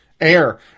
air